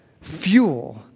fuel